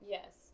Yes